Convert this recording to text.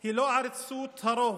היא לא עריצות הרוב.